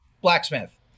Blacksmith